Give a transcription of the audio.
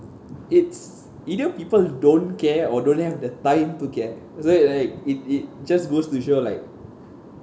it's either people don't care or don't have the time to care is it like it it just goes to show like